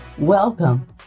welcome